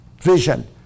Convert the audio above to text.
vision